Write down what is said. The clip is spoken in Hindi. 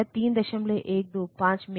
यह पिन नंबर 10 INTR के संयोजन में आता है